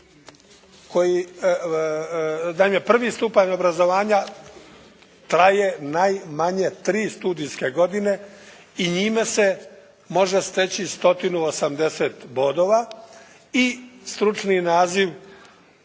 koji, naime prvi stupanj obrazovanja traje najmanje 3 studijske godine i njime se može steći 180 bodova i stručni naziv: